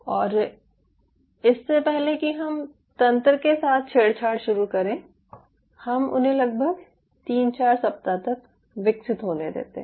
और इससे पहले कि हम तंत्र के साथ छेड़छाड़ शुरू करें हम उन्हें लगभग 3 4 सप्ताह तक विकसित होने देते हैं